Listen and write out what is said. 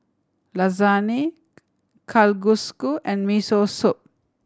Lasagne Kalguksu and Miso Soup